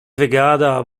wygada